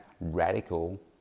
radical